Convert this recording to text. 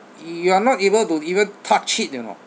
you are not able to even touch it you know